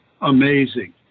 amazing